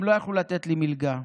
הם לא יכלו לתת לי מלגה.